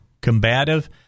combative